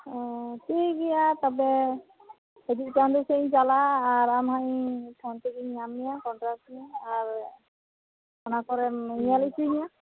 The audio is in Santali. ᱦᱮᱸ ᱴᱷᱤᱠ ᱜᱮᱭᱟ ᱛᱚᱵᱮ ᱦᱤᱡᱩᱜ ᱪᱟᱸᱫᱳ ᱥᱮᱫ ᱤᱧ ᱪᱟᱞᱟᱜᱼᱟ ᱟᱨ ᱟᱢ ᱦᱟᱸᱜ ᱤᱧ ᱯᱷᱳᱱ ᱛᱮᱜᱮᱧ ᱧᱟᱢ ᱢᱮᱭᱟ ᱠᱚᱱᱴᱨᱟᱠ ᱢᱮ ᱟᱨ ᱚᱱᱟ ᱠᱚᱨᱮᱢ ᱧᱮᱞ ᱚᱪᱩᱧᱟ